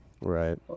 Right